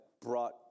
brought